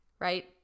Right